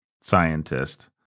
scientist